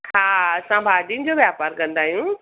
हा असां भाॼियुनि जो वापार कंदा आहियूं